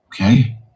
Okay